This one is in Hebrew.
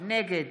נגד